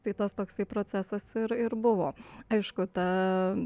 tai tas toksai procesas ir ir buvo aišku ta